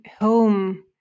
home